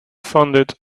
funded